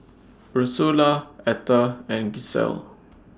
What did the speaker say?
Ursula Etter and Gisele